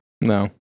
No